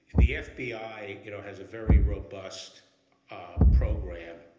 the f b i, you know, has a very robust program,